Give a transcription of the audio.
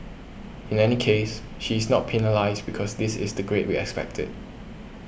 in any case she's not penalised because this is the grade we expected